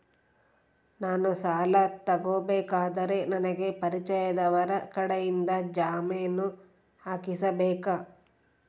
ನಾನು ಸಾಲ ತಗೋಬೇಕಾದರೆ ನನಗ ಪರಿಚಯದವರ ಕಡೆಯಿಂದ ಜಾಮೇನು ಹಾಕಿಸಬೇಕಾ?